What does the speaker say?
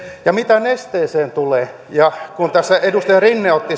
ja mitä nesteeseen tulee kun tässä edustaja rinne otti